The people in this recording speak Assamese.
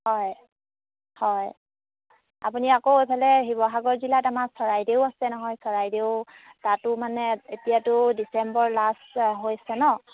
হয় হয় আপুনি আকৌ এইফালে শিৱসাগৰ জিলাত আমাৰ চৰাইদেউ আছে নহয় চৰাইদেউ তাতো মানে এতিয়াতো ডিচেম্বৰ লাষ্ট হৈছে নহ্